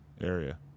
area